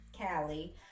Callie